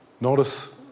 Notice